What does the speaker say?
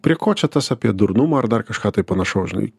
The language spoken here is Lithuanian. prie ko čia tas apie durnumą ar dar kažką tai panašaus žinai